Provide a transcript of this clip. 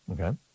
Okay